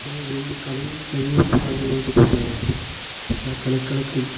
പക്ഷേ വീണ്ടും കളി കഴിയുമ്പോൾ അവർ വീണ്ടും കൂട്ടുകാരാണ് പക്ഷേ ആ കളിക്കളത്തിൽ